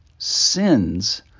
Sins